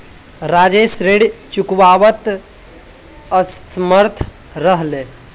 राजेश ऋण चुकव्वात असमर्थ रह ले